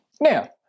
Now